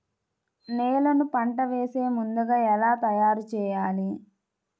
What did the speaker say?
నేలను పంట వేసే ముందుగా ఎలా తయారుచేయాలి?